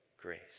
grace